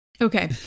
Okay